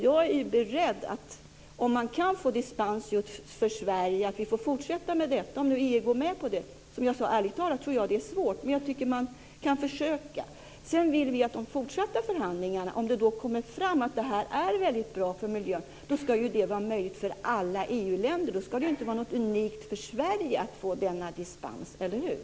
Jag är beredd att se om EU går med på att vi får dispens för detta. Ärligt talat tror jag att det är svårt, men jag tycker att man kan försöka. Om det kommer fram att detta är väldigt bra för miljön ska det vara möjligt för alla EU-länder. Då ska det inte vara något unikt för Sverige att få denna dispens - eller hur?